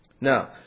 Now